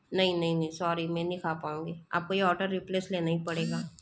नहीं नहीं नहीं सोरी मैं नहीं खा पाऊंगी आप को ये ओडर रेप्लेस लेना ही पड़ेगा